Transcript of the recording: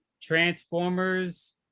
Transformers